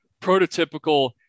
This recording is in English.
prototypical